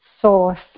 source